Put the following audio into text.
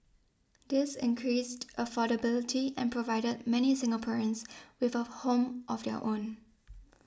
this increased affordability and provided many Singaporeans with a home of their own